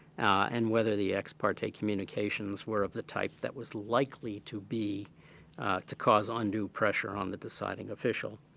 and whether the ex parte communications were of the type that was likely to be to cause ah undue pressure on the deciding official.